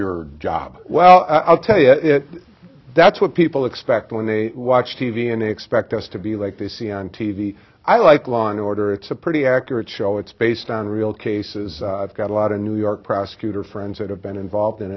your job well i'll tell you that's what people expect when they watch t v and they expect us to be like they see on t v i like law and order it's a pretty accurate show it's based on real cases i've got a lot of new york prosecutor friends that have been involved in